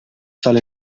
salt